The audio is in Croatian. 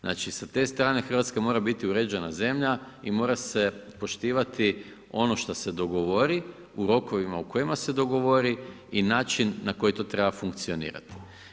Znači sa te strane Hrvatska mora biti uređena zemlja i mora se poštivati ono što se dogovori u rokovima u kojima se dogovori i način na koji to treba funkcionirati.